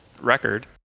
Record